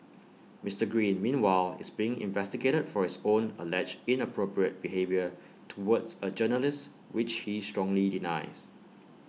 Mister green meanwhile is being investigated for his own alleged inappropriate behaviour towards A journalist which he strongly denies